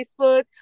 Facebook